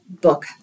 book